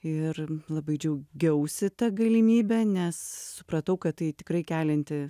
ir labai džiaugiausi ta galimybe nes supratau kad tai tikrai kelianti